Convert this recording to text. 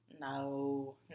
No